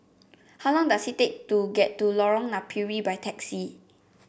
how long does it take to get to Lorong Napiri by taxi